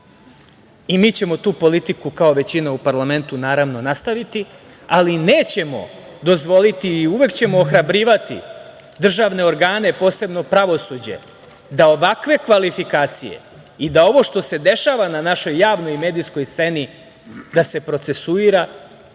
ćemo tu politiku, kao većina u parlamentu, naravno, nastaviti, ali nećemo dozvoliti i uvek ćemo ohrabrivati državne organe, posebno pravosuđe da ovakve kvalifikacije i da ovo što se dešava na našoj javnoj medijskoj sceni, da se procesuira,